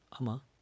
Ama